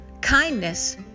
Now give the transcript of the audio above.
kindness